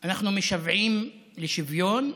אנחנו משוועים לשוויון,